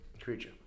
creature